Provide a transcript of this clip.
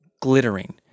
glittering